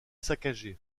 saccagé